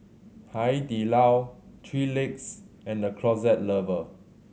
Hai Di Lao Three Legs and The Closet Lover